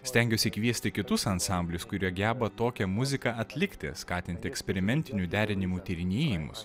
stengiuosi kviesti kitus ansamblius kurie geba tokią muziką atlikti skatinti eksperimentinių derinimų tyrinėjimus